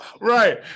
right